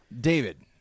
David